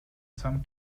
some